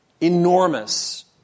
enormous